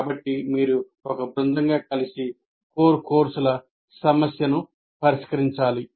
కాబట్టి మీరు ఒక బృందంగా కలిసి కోర్ కోర్సుల సమస్యను పరిష్కరించాలి